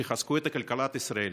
שיחזקו את כלכלת ישראל.